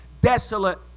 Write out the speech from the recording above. desolate